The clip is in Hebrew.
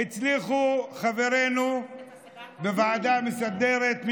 הצליחו חברינו בוועדה המסדרת,